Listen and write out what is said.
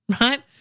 right